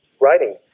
writing